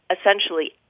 essentially